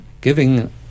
giving